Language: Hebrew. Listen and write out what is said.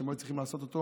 והם היו צריכים לתת אותו